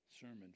Sermon